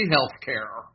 Healthcare